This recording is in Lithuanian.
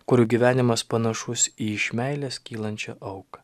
kurių gyvenimas panašus į iš meilės kylančią auką